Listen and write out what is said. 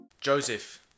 Joseph